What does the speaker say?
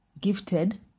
gifted